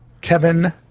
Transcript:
kevin